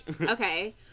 Okay